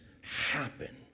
happen